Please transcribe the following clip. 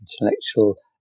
intellectual